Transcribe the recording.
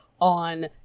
on